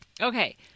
Okay